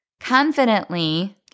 confidently